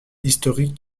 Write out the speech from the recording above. historique